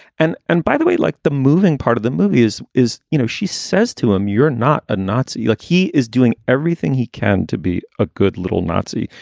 and and by the way, like the moving part of the movie, as is, you know, she says to him, you're not a nazi like he is doing everything he can to be a good little nazi.